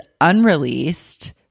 unreleased